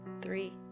three